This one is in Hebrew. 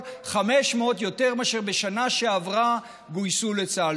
500 יותר מאשר בשנה שעברה שגויסו לצה"ל.